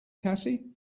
cassie